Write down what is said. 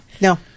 No